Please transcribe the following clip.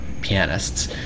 pianists